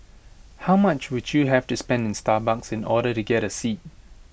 how much would you have to spend in Starbucks in order to get A seat